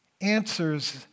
Answers